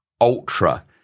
ultra –